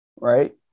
right